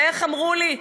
ואיך אמרו לי,